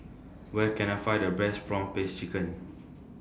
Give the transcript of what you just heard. Where Can I Find The Best Prawn Paste Chicken